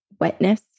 wetness